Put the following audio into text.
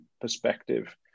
perspective